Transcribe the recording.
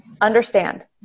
understand